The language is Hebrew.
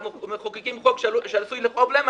אנחנו מחוקקים חוק שעשוי לכאוב להם,